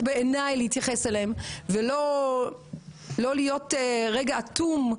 צריך להתייחס אליהן, לא להיות רגע אטום.